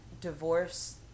divorce